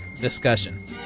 discussion